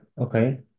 okay